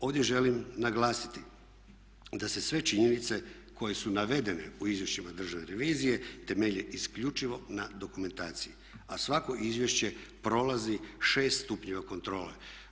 Ovdje želim naglasiti da se sve činjenice koje su navedene u izvješćima Državne revizije temelje isključivo na dokumentaciji, a svako izvješće prolazi 6 stupnjeva kontrole.